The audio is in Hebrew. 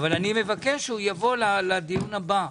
אני מבקש שהוא יבוא לדיון הבא.